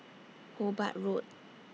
Hobart Road